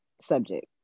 subject